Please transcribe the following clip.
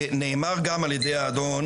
נאמר גם על ידי האדון